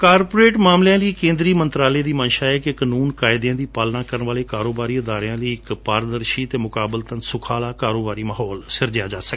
corporate ਮਾਮਲਿਆਂ ਲਈ ਕੇਂਦਰੀ ਮੰਤਰਾਲੇ ਦੀ ਮੰਸ਼ ਹੈ ਕਿ ਕਾਨੂੰਨ ਕਾਇਦਿਆਂ ਦੀ ਪਾਲਣਾ ਕਰਣ ਵਾਲੇ ਕਾਰੋਬਾਰੀ ਅਦਾਰਿਆਂ ਲਈ ਇਕ ਪਾਰਦਰਸ਼ੀ ਅਤੇ ਮੁਕਾਬਲਤਨ ਸੁਖਾਲਾ ਕਾਰੋਬਾਰੀ ਮਾਹੌਲ ਸਿਰਜਿਆ ਜਾਵੇ